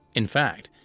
in fact,